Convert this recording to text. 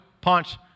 punch